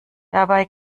dabei